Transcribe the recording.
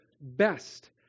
best